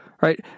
right